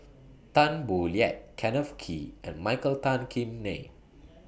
Tan Boo Liat Kenneth Kee and Michael Tan Kim Nei